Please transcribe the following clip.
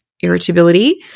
irritability